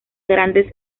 grandes